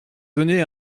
donné